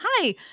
Hi